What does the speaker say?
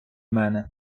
мене